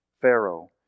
Pharaoh